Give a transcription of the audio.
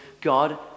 God